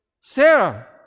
Sarah